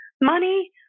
money